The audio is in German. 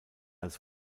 als